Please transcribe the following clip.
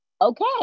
okay